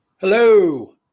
hello